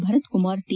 Bharat Kumar T